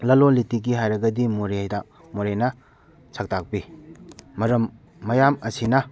ꯂꯜꯂꯣꯟ ꯏꯇꯤꯛꯀꯤ ꯍꯥꯏꯔꯒꯗꯤ ꯃꯣꯔꯦꯗ ꯃꯣꯔꯦꯅ ꯁꯛ ꯇꯥꯛꯄꯤ ꯃꯔꯝ ꯃꯌꯥꯝ ꯑꯁꯤꯅ